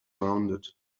rounded